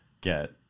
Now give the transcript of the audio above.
get